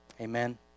Amen